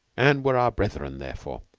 and were our brethren, therefore.